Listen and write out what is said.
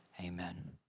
amen